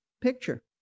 picture